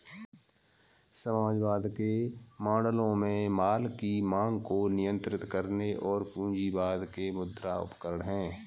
समाजवाद के मॉडलों में माल की मांग को नियंत्रित करने और पूंजीवाद के मुद्रा उपकरण है